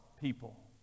people